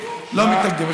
לא מתנגדים.